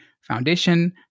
Foundation